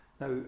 Now